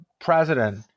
president